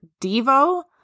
Devo